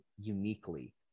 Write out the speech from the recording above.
uniquely